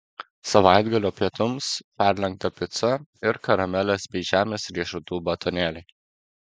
savaitgalio pietums perlenkta pica ir karamelės bei žemės riešutų batonėliai